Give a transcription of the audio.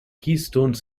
keystone